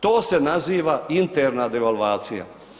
To se naziva interna devalvacija.